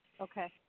Okay